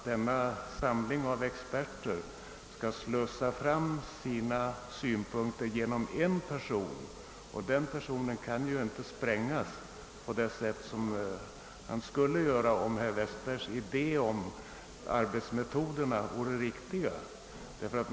Denna samling experter skall dock slussa fram sina synpunkter genom en person och den personen får inte sprängas, vilket skulle ske om herr Westbergs idé om arbetsmetoderna vore riktig och tilllämpades.